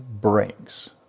brings